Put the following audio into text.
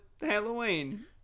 Halloween